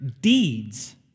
deeds